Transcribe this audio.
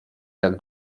tak